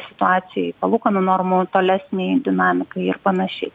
situacijai palūkanų normų tolesnei dinamikai ir panašiai